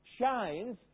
shines